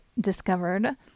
discovered